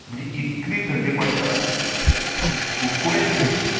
म्हणजे इतकी थंडी पडटा की कुडकुड्याची थंडी